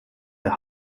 der